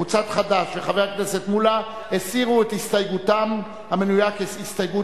קבוצת חד"ש וחבר הכנסת מולה הסירו את הסתייגותם המנויה כהסתייגות